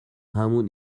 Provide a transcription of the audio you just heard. همون